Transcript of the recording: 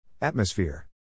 Atmosphere